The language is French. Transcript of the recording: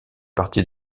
partie